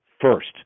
first